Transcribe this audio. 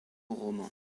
roman